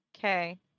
Okay